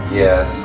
yes